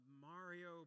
Mario